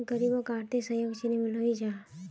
गरीबोक आर्थिक सहयोग चानी मिलोहो जाहा?